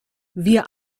wir